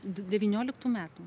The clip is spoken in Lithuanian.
d devynioliktų metų